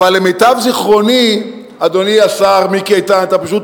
אבל למיטב זיכרוני, אדוני השר מיקי איתן, אתה פשוט